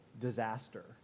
disaster